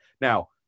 Now